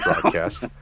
broadcast